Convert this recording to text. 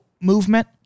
movement